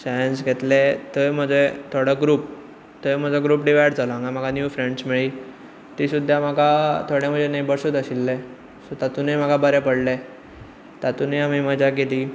science घेतले थंय म्हजो थोडो ग्रुप थंय ग्रुप डिवायड जालो हांगा म्हाका न्यूव फ्रेंड्स मेळ्ळी ती सुद्दां म्हाका थोडो वेळ न्हेबरसूत आशिल्ले सो तातुनूय म्हाका बरें पडले तातुनूय हांवें मजा केली